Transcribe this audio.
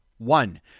One